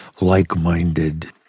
like-minded